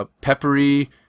peppery